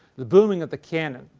the booming of the cannon,